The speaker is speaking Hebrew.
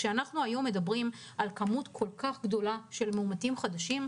כשאנחנו מדברים היום על כמות כל כך גדולה של מאומתים חדשים,